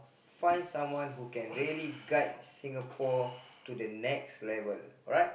find someone who can really guide Singapore to the next level alright